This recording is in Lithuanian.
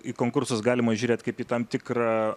į konkursus galima žiūrėt kaip į tam tikrą